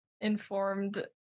informed